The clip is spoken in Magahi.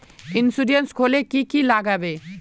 इंश्योरेंस खोले की की लगाबे?